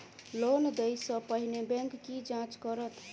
Loan देय सा पहिने बैंक की जाँच करत?